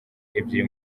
ebyiri